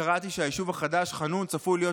קראתי שהיישוב החדש חנון צפוי להיות